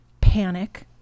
panic